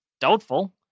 Doubtful